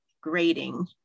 grading